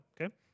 okay